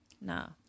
No